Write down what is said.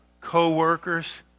co-workers